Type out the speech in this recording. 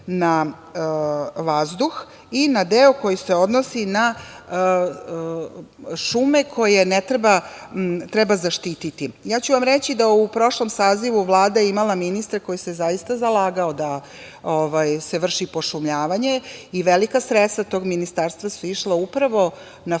na vazduh i na deo koji se odnosi na šume koje treba zaštititi. Ja ću vam reći da je u prošlom sazivu Vlada imala ministra koji se zaista zalagao da se vrši pošumljavanje i velika sredstva tog ministarstva su išla upravo na